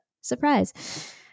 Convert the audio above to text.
Surprise